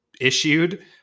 issued